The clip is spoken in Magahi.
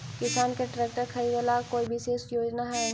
किसान के ट्रैक्टर खरीदे ला कोई विशेष योजना हई?